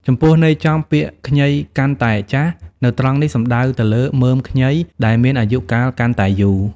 ចំពោះន័យចំ ពាក្យ ខ្ញីកាន់តែចាស់ នៅត្រង់នេះសំដៅទៅលើ មើមខ្ញីដែលមានអាយុកាលកាន់តែយូរ។